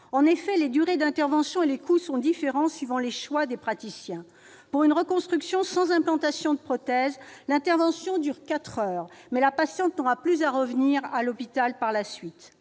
En effet, les durées d'intervention et les coûts sont différents suivant les choix des praticiens. Pour une reconstruction sans implantation de prothèse, l'intervention dure quatre heures, mais la patiente n'aura plus à revenir à l'hôpital par la suite.